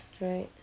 Right